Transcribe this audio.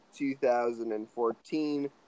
2014